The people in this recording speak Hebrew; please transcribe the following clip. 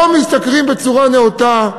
לא משתכרים בצורה נאותה,